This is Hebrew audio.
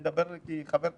אני מדבר כחבר כנסת,